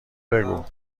بگو